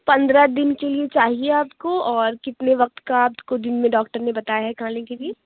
پندرہ دِن کے لیے چاہیے آپ کو اور کتنے وقت کا آپ کو دِن میں ڈاکٹر نے بتایا ہے کھانے کے لیے